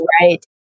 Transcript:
Right